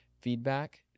feedback